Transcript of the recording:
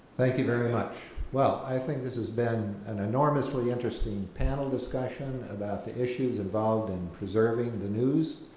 thank you very much, well i think this has been an enormously interesting panel discussion about the issues involved in preserving the news,